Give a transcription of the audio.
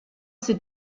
ses